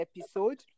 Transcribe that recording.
episode